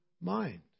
mind